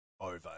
over